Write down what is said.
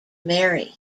mary